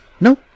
No